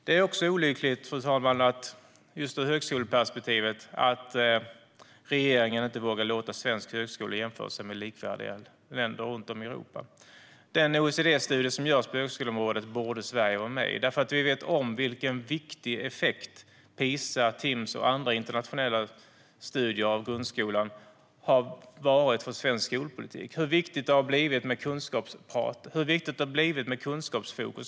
Det är också olyckligt, fru talman, ur högskoleperspektivet att regeringen inte vågar låta svenska högskolor jämföra sig med högskolor i likvärdiga länder runt om i Europa. Sverige borde vara med i den OECD-studie som görs på högskoleområdet, för vi vet vilken viktig effekt PISA, Timss och andra internationella studier av grundskolan har varit för svensk skolpolitik. Vi vet hur viktigt det har blivit med kunskapsprat och kunskapsfokus.